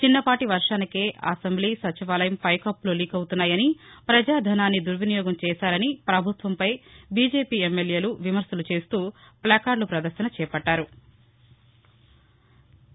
చిన్నపాటి వర్వానికే అసెంబ్లీ సచివాలయం పైకప్పలు లీకపుతున్నాయని ప్రజాధనాన్ని దుర్వినియోగం చేశారని ప్రభుత్వంపై బీజేపీ ఎమ్మెల్యేలు విమర్శలు చేస్తూ ప్లకార్శుల పదర్శన చేపట్టారు